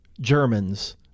Germans